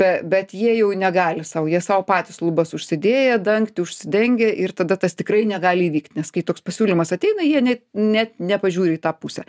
be bet jie jau negali sau jie sau patys lubas užsidėję dangtį užsidengę ir tada tas tikrai negali įvykt nes kai toks pasiūlymas ateina jie net nepažiūri į tą pusę